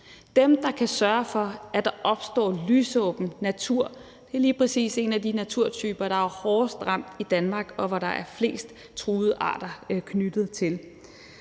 dem, der kan sørge for, at der opstår lysåben natur. Det er lige præcis en af de naturtyper, der er hårdest ramt i Danmark, og som der er flest truede arter knyttet til.